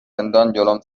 جلوم